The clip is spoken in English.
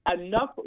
enough